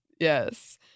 Yes